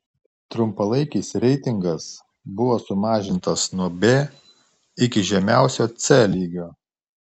trumpalaikis reitingas buvo sumažintas nuo b iki žemiausio c lygio